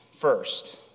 first